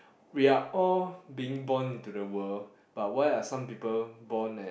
we are all being born into the world but why are some people born at